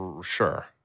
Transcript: sure